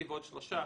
היא ועוד שלושה.